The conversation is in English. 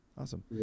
awesome